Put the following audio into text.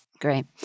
Great